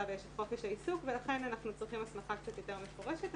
ויש את חופש העיסוק ולכן אנחנו צריכים הסמכה קצת יותר מפורשת,